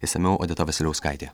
išsamiau odeta vasiliauskaitė